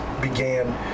began